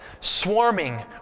swarming